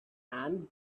and